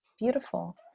Beautiful